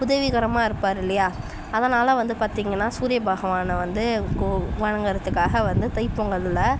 உதவிகரமாக இருப்பார் இல்லையா அதனால் வந்து பார்த்திங்கன்னா சூரிய பகவானை வந்து கு வணங்குறதுக்காக வந்து தை பொங்கலில்